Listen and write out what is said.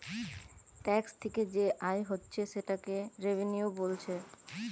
tax থিকে যে আয় হচ্ছে সেটাকে রেভিনিউ বোলছে